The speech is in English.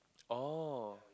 oh